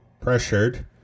pressured